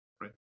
right